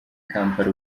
kampala